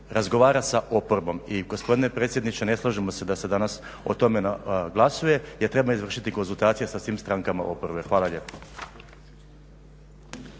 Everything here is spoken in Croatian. razgovara sa oporbom. I gospodine predsjedniče, ne slažemo se da se danas o tome glasuje jer treba izvršiti konzultacije sa svim strankama oporbe. Hvala lijepo.